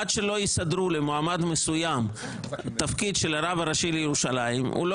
עד שלא יסדרו למועמד מסוים תפקיד של הרב הראשי לירושלים הוא לא